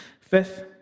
Fifth